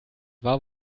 war